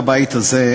בבית הזה,